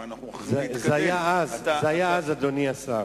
זה היה אז, אדוני השר.